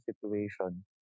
situation